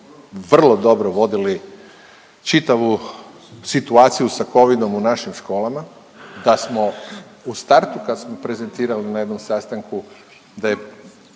vrlo dobro vodili čitavu situaciju sa Covidom u našim školama, da smo u startu kad smo prezentirali na jednom sastanku da je